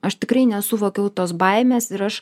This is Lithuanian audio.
aš tikrai nesuvokiau tos baimės ir aš